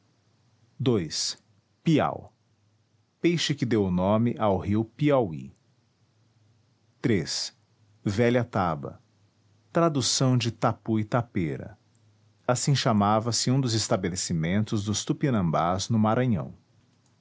ii piau peixe que deu o nome ao rio piauí iii velha taba tradução de tapui tapera assim chamava-se um dos estabelecimentos dos tupinambás no maranhão